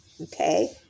okay